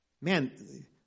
man